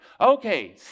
Okay